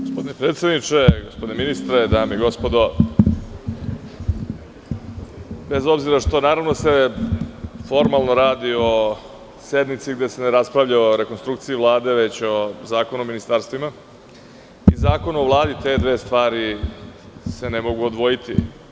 Gospodine predsedniče, gospodine ministre, dame i gospodo, bez obzira što se formalno radi o sednici gde se ne raspravlja o rekonstrukciji Vlade, već o Zakonu o ministarstvima i Zakonu o Vladi, te dve stvari se ne mogu odvojiti.